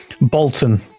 Bolton